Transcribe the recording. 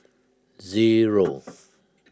zero